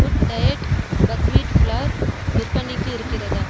good diet buckwheat flour விற்பனைக்கு இருக்கிறதா